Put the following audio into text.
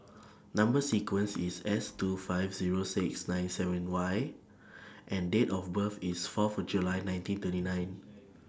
Number sequence IS S two five Zero six nine seven Y and Date of birth IS Fourth July nineteen thirty nine